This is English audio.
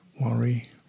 worry